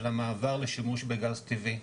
של המעבר לשימוש בגז טבעי.